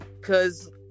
cause